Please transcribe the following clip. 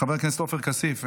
חבר הכנסת עופר כסיף,